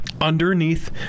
underneath